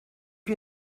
you